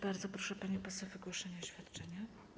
Bardzo proszę, pani poseł, o wygłoszenie oświadczenia.